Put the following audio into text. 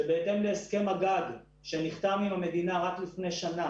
שבהתאם להסכם הגג שנחתם עם המדינה רק לפני שנה